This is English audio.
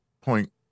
Point